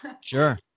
Sure